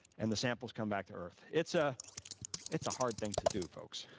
and the samples come back to earth. it's ah it's a hard thing to do, folks.